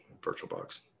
VirtualBox